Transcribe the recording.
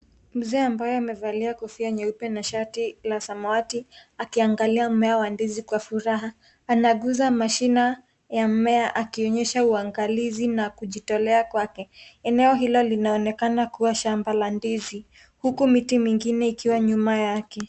Mzee ambaye amevalia kofia nyeupe na shati la samawati, akiangalia mmea wa ndizi kwa furaha. Anaguza mashinani ya mmea akionyesha uangalizi na kujitolea kwake. Eneo hilo linaonekana kuwa shamba la ndizi, huku miti mingine ikiwa nyuma yake.